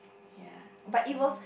ya but it was